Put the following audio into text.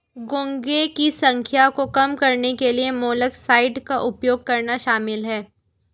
घोंघे की संख्या को कम करने के लिए मोलस्कसाइड्स का उपयोग करना शामिल है